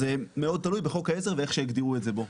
זה שני דברים שונים לחלוטין.